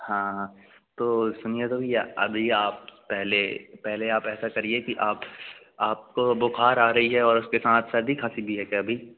हाँ हाँ तो सुनिए तो भैया अभी आप पहले पहले आप ऐसा करिए कि आप आपको बुख़ार आ रही है और उसके साथ सर्दी खाँसी भी है क्या अभी